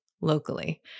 locally